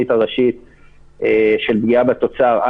הרי הוא יכול, כי התקהלות של 10 אנשים מותרת.